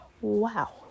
wow